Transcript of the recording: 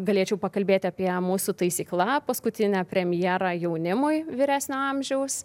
galėčiau pakalbėti apie mūsų taisykla paskutinę premjerą jaunimui vyresnio amžiaus